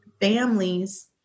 families